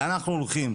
לאן אנחנו הולכים.